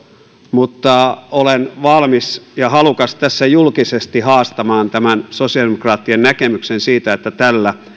mutta olen valmis ja halukas tässä julkisesti haastamaan tämän sosiaalidemokraattien näkemyksen siitä että tällä